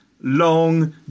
long